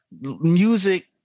music